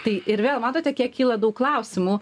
tai ir vėl matote kiek kyla daug klausimų